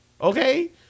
okay